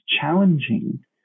challenging